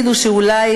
כאן,